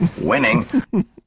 Winning